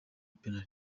penaliti